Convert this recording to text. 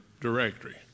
directory